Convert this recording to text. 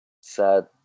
sad